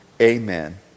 Amen